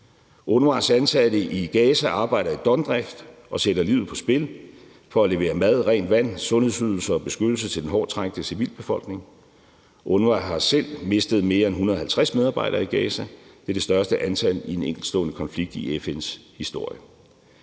UNRWA's ansatte i Gaza arbejder i døgndrift og sætter livet på spil for at levere mad, rent vand, sundhedsydelser og beskyttelse til den hårdt trængte civilbefolkning. UNRWA har selv mistet mere end 150 medarbejdere i Gaza. Det er det største antal i en enkeltstående konflikt i FN's historie.